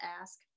ask